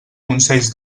consells